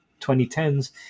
2010s